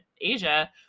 Asia